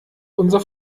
unsere